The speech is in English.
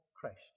Christ